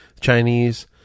Chinese